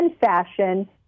fashion